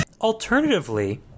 Alternatively